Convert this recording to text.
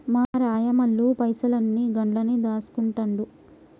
మా రాయమల్లు పైసలన్ని గండ్లనే దాస్కుంటండు